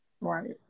right